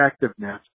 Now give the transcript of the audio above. effectiveness